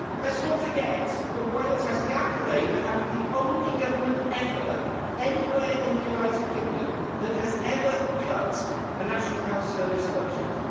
let's not forget that wales has the accolade of having the only government ever anywhere in the united kingdom that has ever cut a national health service budget.